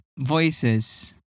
voices